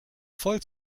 voll